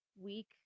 week